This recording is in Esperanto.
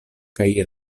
kaj